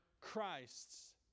Christ's